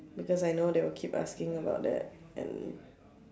because I know they will keep asking about that and